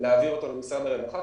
ולהעביר אותו למשרד הרווחה,